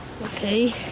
Okay